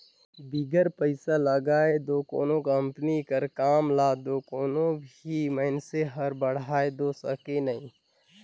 बिगर पइसा लगाए दो कोनो कंपनी कर काम ल दो कोनो भी मइनसे हर बढ़ाए दो सके नई